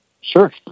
Sure